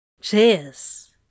Cheers